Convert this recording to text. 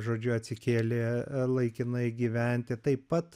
žodžiu atsikėlė laikinai gyventi taip pat